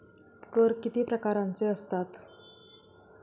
कर किती प्रकारांचे असतात?